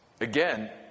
Again